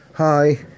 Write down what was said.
hi